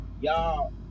Y'all